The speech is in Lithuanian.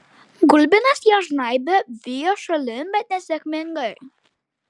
gulbinas ją žnaibė vijo šalin bet nesėkmingai